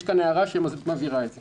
יש כאן הערה שמבהירה את זה.